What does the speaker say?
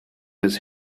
his